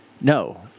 No